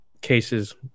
cases